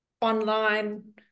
online